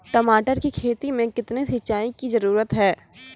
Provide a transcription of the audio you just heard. टमाटर की खेती मे कितने सिंचाई की जरूरत हैं?